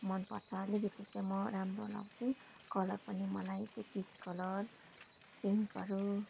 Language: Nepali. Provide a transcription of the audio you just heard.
मन पर्छ लिपस्टिक चाहिँ म राम्रो लाउँछु कलर पनि मलाई त्यो पिच कलर पिङ्कहरू